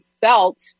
felt